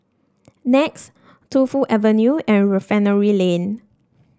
Nex Tu Fu Avenue and Refinery Lane